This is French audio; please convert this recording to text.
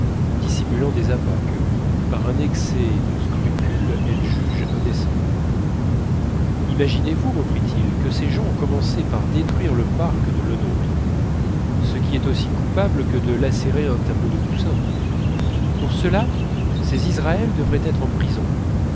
dissimulant des appas que par un excès de scrupule elle juge indécents imaginez-vous reprit-il que ces gens ont commencé par détruire le parc de lenôtre ce qui est aussi coupable que de lacérer un tableau de poussin pour cela ces israël devraient être en prison